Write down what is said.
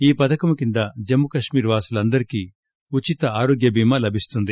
ఈ పథకం కింద జమ్ము కశ్మీర్ వాసులందరికి ఉచిత ఆరోగ్యభీమా లభిస్తుంది